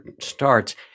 starts